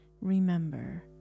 remember